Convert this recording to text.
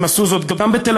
הם עשו זאת בתל-אביב,